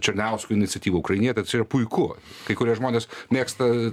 černiausko iniciatyva ukrainietė yra puiku kai kurie žmonės mėgsta